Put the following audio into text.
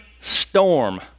storm